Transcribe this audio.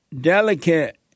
Delicate